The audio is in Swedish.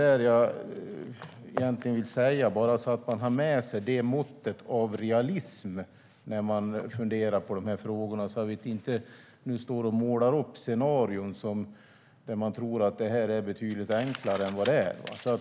Man ska ha med sig det måttet av realism när man funderar på dessa frågor, så att man inte målar upp scenarier där detta framstår som betydligt enklare än det är.